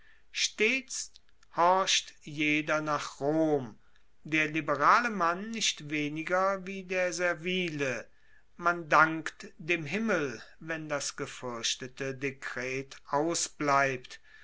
stets horcht jeder nach rom der liberale mann nicht weniger wie der servile man dankt dem himmel wenn das gefuerchtete dekret ausbleibt